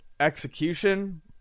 Execution